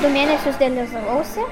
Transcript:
du mėnesius dializavausi